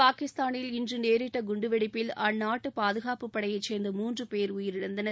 பாகிஸ்தானில் இன்று நேரிட்ட குண்டுவெடிப்பில் அந்நாட்டு பாதுகாப்புப் படையை சேர்ந்த மூன்று பேர் உயிரிழந்தனர்